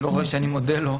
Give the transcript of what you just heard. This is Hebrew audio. לא רואה שאני מודה לו.